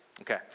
Okay